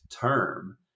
term